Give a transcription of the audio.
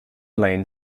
lane